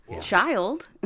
Child